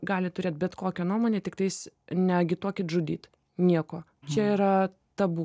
gali turėt bet kokią nuomonę tiktais neagituokit žudyt nieko čia yra tabu